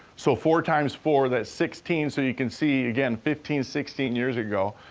so four times four, that's sixteen, so you can see, again, fifteen, sixteen years ago,